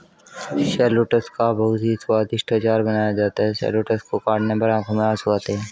shallots का बहुत ही स्वादिष्ट अचार बनाया जाता है शैलोट्स को काटने पर आंखों में आंसू आते हैं